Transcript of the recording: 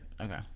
Okay